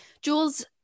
Jules